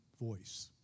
voice